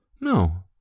No